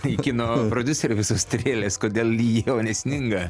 į kino prodiuserį visos strėlės kodėl lyja o ne sninga